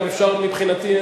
מבחינתי,